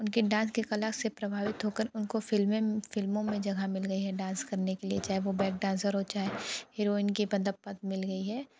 उनके डांस के कला से प्रभावित होकर उनको फिल्में फ़िल्मों में जगह मिल गई है डांस करने के लिए चाहे वह बैक डांसर हो चाहे हीरोइन के मतलब पद मिल गई है